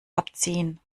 abziehen